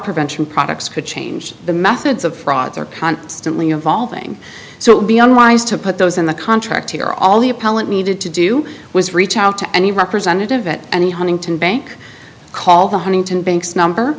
prevention products could change the methods of frauds are constantly evolving so it would be unwise to put those in the contract here all the appellant needed to do was reach out to any representative at any huntington bank call the huntington banks number